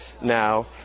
now